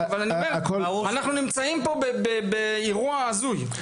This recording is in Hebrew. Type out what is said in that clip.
אבל אנחנו נמצאים פה באירוע הזוי.